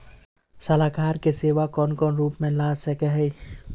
सलाहकार के सेवा कौन कौन रूप में ला सके हिये?